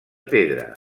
pedra